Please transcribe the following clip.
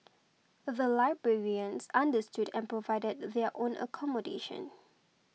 the librarians understood and provided their own accommodation